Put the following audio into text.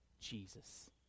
Jesus